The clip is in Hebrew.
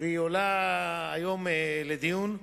והיא עולה היום לדיון.